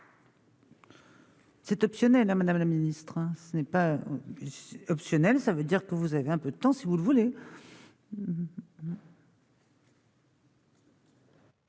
C'est optionnel à Madame la ministre, ce n'est pas optionnel, ça veut dire que vous avez un peu de temps, si vous le voulez.